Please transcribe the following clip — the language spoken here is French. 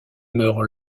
meurt